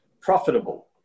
profitable